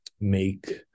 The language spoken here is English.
make